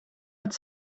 het